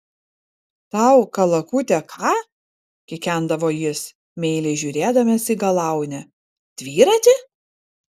tau kalakute ką kikendavo jis meiliai žiūrėdamas į galaunę dviratį